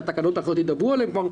שהתקנות האחרות ידברו עליהם.